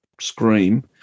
scream